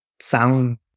sound